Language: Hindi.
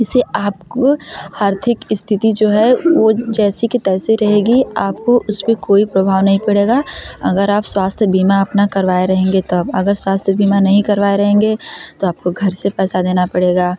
इसे आपको आर्थिक स्थिति जो है वह जैसी की तैसी रहेगी आपको उस पर कोई प्रभाव नहीं पड़ेगा अगर आप स्वास्थय बीमा अपना करवाए रहेंगे तब अगर स्वास्थ बीमा नहीं करवाए रहेंगे तो आपको घर से पैसा देना पड़ेगा